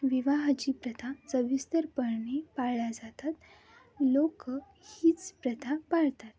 विवाहाची प्रथा सविस्तरपणे पाळल्या जातात लोकं हीच प्रथा पाळतात